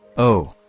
oh.